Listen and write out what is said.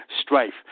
strife